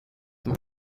them